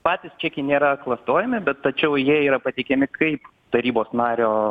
patys čekiai nėra klastojami bet tačiau jie yra pateikiami kaip tarybos nario